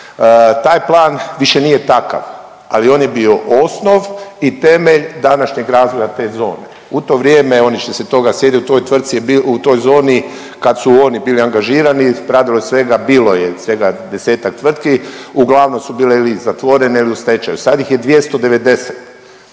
Taj plan više nije takav, ali on je bio osnov i temelj današnjeg razvoja te zone. U to vrijeme oni će se toga sjetit u toj tvrtci je bilo, u toj zoni kad su oni bili angažirani radilo je svega, bilo je svega 10-ak tvrtki uglavnom su bile ili zatvorene ili u stečaju. Sad ih je 290.